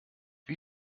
wie